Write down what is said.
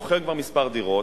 מוכר כבר כמה דירות,